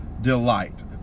delight